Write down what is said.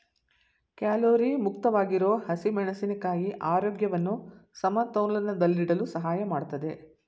calorie ಮುಕ್ತವಾಗಿರೋ ಹಸಿಮೆಣಸಿನ ಕಾಯಿ ಆರೋಗ್ಯವನ್ನು ಸಮತೋಲನದಲ್ಲಿಡಲು ಸಹಾಯ ಮಾಡ್ತದೆ